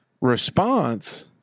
response